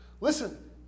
Listen